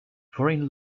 foreign